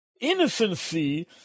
innocency